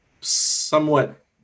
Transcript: somewhat